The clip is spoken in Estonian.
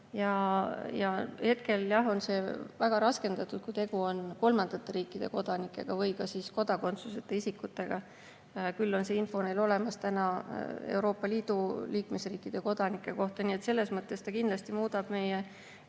Hetkel on see väga raskendatud, kui tegu on kolmandate riikide kodanikega või kodakondsuseta isikutega. Küll on see info neil olemas Euroopa Liidu liikmesriikide kodanike kohta. Selles mõttes see kindlasti muudab meie